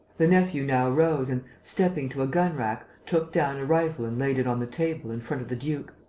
the nephew now rose and, stepping to a gun-rack, took down a rifle and laid it on the table, in front of the duke